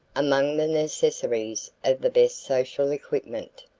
among the necessaries of the best social equipment,